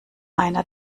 einer